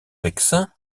vexin